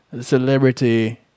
celebrity